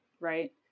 Right